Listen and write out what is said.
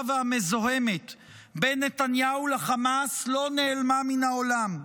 והמזוהמת בין נתניהו לחמאס לא נעלמה מן העולם.